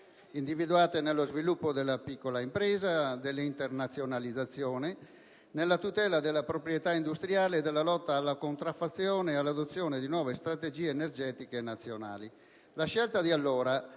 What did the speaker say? individuate nello sviluppo delle piccola impresa e dell'internazionalizzazione, nella tutela della proprietà industriale e della lotta alla contraffazione e nell'adozione di nuove strategie energetiche nazionali.